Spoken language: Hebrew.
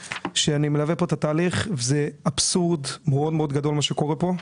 וזה אבסורד מאוד מאוד גדול מה שקורה כאן.